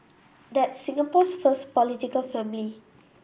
that's Singapore's first political family